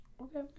Okay